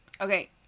okay